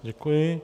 Děkuji.